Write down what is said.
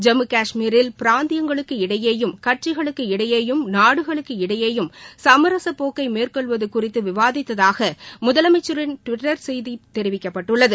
ஜம்மு கஷ்மீரில் பிராந்தியங்களுக்கு இடையேயும் கட்சிகளுக்கு இடையேயும் நாடுகளுக்கு இடையேயும் சமரசப் போக்கை மேற்கொள்வது குறித்து விவாதித்ததாக முதலமைச்சின் டுவிட்டர் செய்தியில் தெரிவிக்கப்பட்டுள்ளது